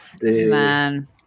Man